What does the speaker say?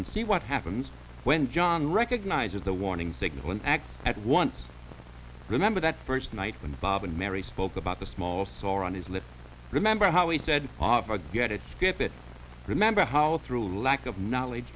and see what happens when john recognizes the warning signal and act at once remember that first night when bob and mary spoke about the small sore on his lips remember how he said off i'd get it skip it remember how through lack of knowledge